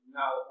now